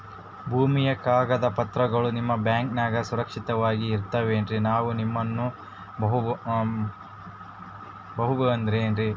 ಭೂಮಿಯ ಕಾಗದ ಪತ್ರಗಳು ನಿಮ್ಮ ಬ್ಯಾಂಕನಾಗ ಸುರಕ್ಷಿತವಾಗಿ ಇರತಾವೇನ್ರಿ ನಾವು ನಿಮ್ಮನ್ನ ನಮ್ ಬಬಹುದೇನ್ರಿ?